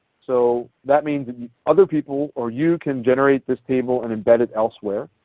so that means other people or you can generate this table and embed it elsewhere,